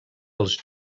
els